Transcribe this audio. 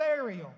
burial